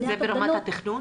זה ברמת התכנון?